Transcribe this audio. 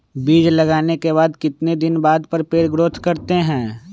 बीज लगाने के बाद कितने दिन बाद पर पेड़ ग्रोथ करते हैं?